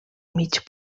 mig